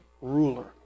ruler